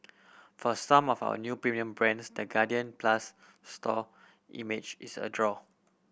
for some of a new premium brands the Guardian Plus store image is a draw